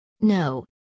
No